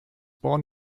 born